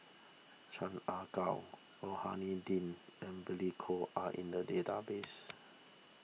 Chan Ah Kow Rohani Din and Billy Koh are in the database